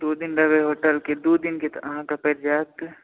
दू दिन रहबै होटल दू दिनके अहाँके पड़ि जायत